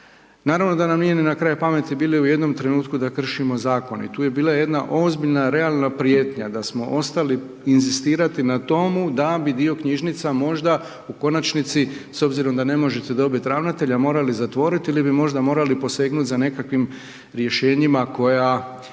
Naravno da nam nije ni na kraj pameti bilo i u jednom trenutku da kršimo zakone i tu je bila jedna ozbiljna realna prijetnja da smo ostali inzistirati na tome da bi dio knjižnica možda u konačnici s obzirom da ne možete dobiti ravnatelja morali zatvoriti ili bi možda morali posegnuti za nekakvim rješenjima koja